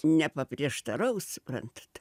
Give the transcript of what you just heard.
nepaprieštaraus suprantat